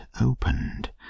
opened